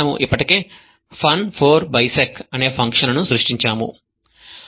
మనము ఇప్పటికే fun4bisec అనే ఫంక్షన్ను సృష్టించాము సరే